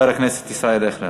ואחריו, חבר הכנסת ישראל אייכלר.